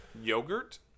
Yogurt